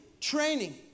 training